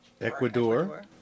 Ecuador